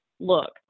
Look